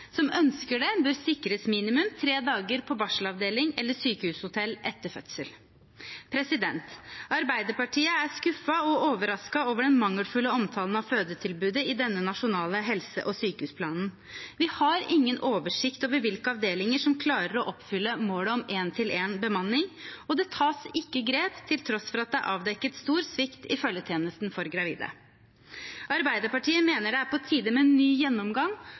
som ønsker det, bør sikres minimum tre dager på barselavdeling eller sykehushotell etter fødsel. Arbeiderpartiet er skuffet og overrasket over den mangelfulle omtalen av fødetilbudet i denne nasjonale helse- og sykehusplanen. Vi har ingen oversikt over hvilke avdelinger som klarer å oppfylle målet om én-til-én-bemanning, og det tas ikke grep til tross for at det er avdekket stor svikt i følgetjenesten for gravide. Arbeiderpartiet mener det er på tide med en ny gjennomgang